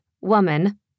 woman